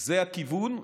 זה הכיוון.